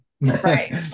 Right